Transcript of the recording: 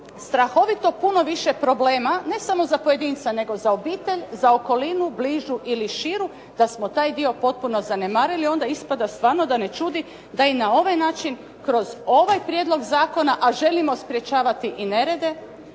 strahovito puno više problema, ne samo za pojedinca, nego za obitelj, za okolinu bližu ili širu da smo taj dio potpuno zanemarili, onda ispada stvarno da ne čudi da i na ovaj način kroz ovaj prijedlog zakona, a želimo sprječavati i nerede